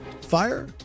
fire